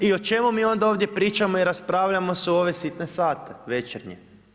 I o čemu mi onda ovdje pričamo i raspravljamo se u ove sitne sate večernje?